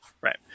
Right